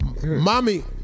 Mommy